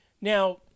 Now